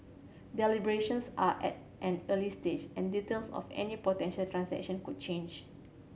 deliberations are at an early stage and details of any potential transaction could change